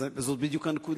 זאת בדיוק הנקודה,